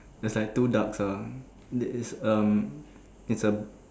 there's like two ducks ah it's a it's a